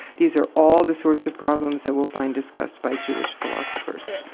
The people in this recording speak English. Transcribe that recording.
these are all the sorts of problems that we'll find discussed by jewish philosophers.